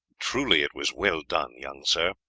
truly it was well done, young sir,